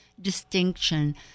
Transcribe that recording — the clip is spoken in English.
distinction